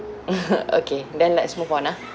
okay then let's move on ah